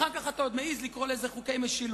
ואחר כך אתה עוד מעז לקרוא לזה חוקי משילות.